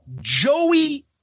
Joey